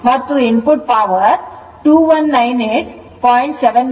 ಆದ್ದರಿಂದ Input PowerVI cos theta 2198